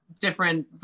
different